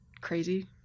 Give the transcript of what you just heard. crazy